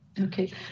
Okay